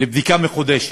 לבדיקה מחודשת.